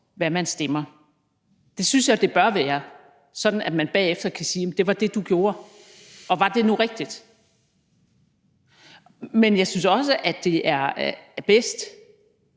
hvad man stemmer. Det synes jeg det bør være, sådan at man bagefter kan sige: Det var det, du gjorde, og var det nu rigtigt? Men jeg synes også, det er bedst,